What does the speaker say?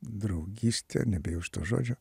draugystė nebijau šito žodžio